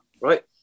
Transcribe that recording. Right